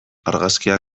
argazkiak